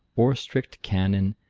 or strict canon,